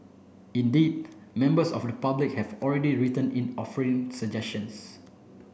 indeed members of the public have already written in offering suggestions